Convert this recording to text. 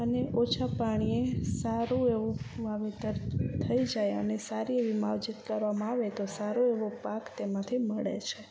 અને ઓછાં પાણીએ સારું એવું વાવેતર થઈ જાય અને સારી એવી માવજત કરવામાં આવે તો સારો એવો પાક તેમાંથી મળે છે